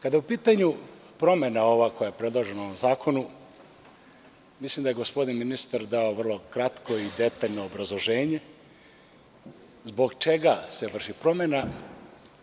Kada je u pitanju ova predložena promena u ovom zakonu mislim da je gospodin ministar dao vrlo kratko i detaljno obrazloženje zbog čega se vrši promena